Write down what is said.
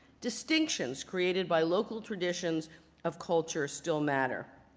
distinctions created by local traditions of culture still matter.